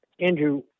Andrew